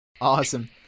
Awesome